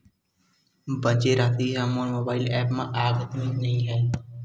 बचे राशि हा मोर मोबाइल ऐप मा आद्यतित नै होए हे